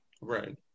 right